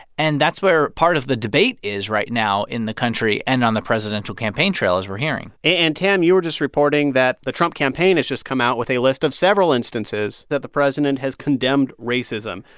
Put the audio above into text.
and that's where part of the debate is right now in the country and on the presidential campaign trail, as we're hearing and, tam, you were just reporting that the trump campaign has just come out with a list of several instances that the president has condemned racism.